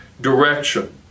direction